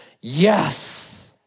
Yes